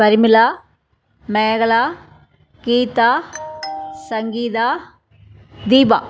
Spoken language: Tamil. பரிமளா மேகலா கீதா சங்கீதா தீபா